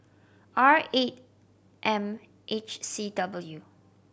R eight M H C W